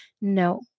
No